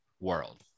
World